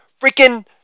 freaking